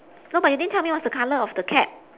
no but you didn't tell me what's the color of the cap